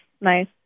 nice